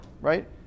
right